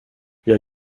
jag